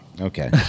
okay